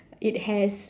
it has